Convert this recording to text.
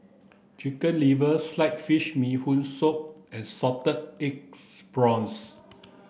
chicken liver sliced fish bee hoon soup and salted eggs prawns